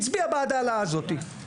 הצביעה בעד העלאה שהייתה.